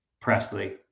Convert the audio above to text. Presley